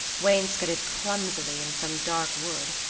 wainscoted clumsily in some dark wood,